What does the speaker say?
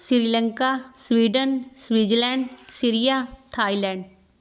Sri Lanka Sweden Switzerland Syria Thailand